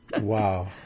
Wow